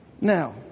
Now